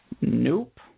Nope